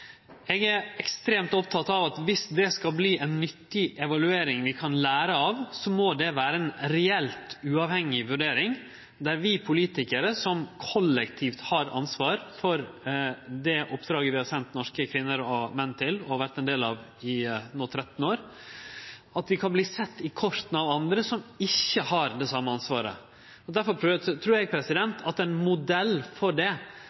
eg er ekstremt oppteken av at viss det skal verte ei nyttig evaluering vi kan lære av, må det vere ei reelt uavhengig vurdering, der vi politikarar – som kollektivt har eit ansvar for det oppdraget vi har sendt norske kvinner og menn til og vore ein del av no i 13 år – kan verte sett i korta av andre som ikkje har det same ansvaret. Derfor trur eg